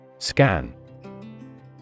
Scan